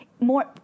more